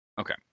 Okay